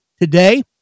today